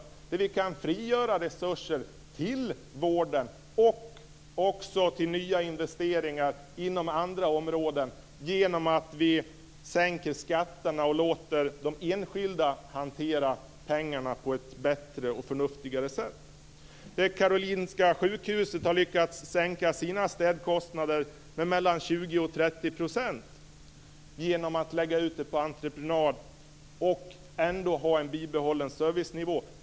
Därigenom skulle vi kunna frigöra resurser till vården men också till nya investeringar inom andra områden just genom att sänka skatterna och låta de enskilda hantera pengarna på ett bättre och förnuftigare sätt. Karolinska Sjukhuset har lyckats sänka sina städkostnader med 20-30 % genom att lägga ut städningen på entreprenad - med bibehållen servicenivå.